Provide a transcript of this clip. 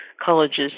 colleges